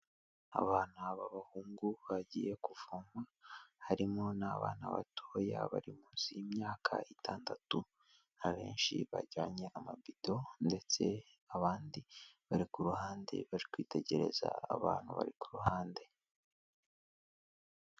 Abana b'abahungu bagiye kuvomwa, harimo n'abana batoya bari munsi y'imyaka itandatu, abenshi bajyanye amabido ndetse abandi bari ku ruhande bari kwitegereza abantu bari ku ruhande.